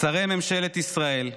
שרי ממשלת ישראל,